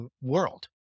world